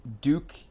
Duke